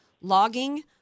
logging